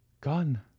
gone